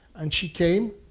and she came.